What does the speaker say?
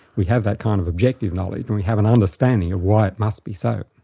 we have that kind of objective knowledge, and we have an understanding of why it must be so.